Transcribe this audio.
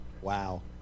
Wow